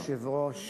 אדוני היושב-ראש,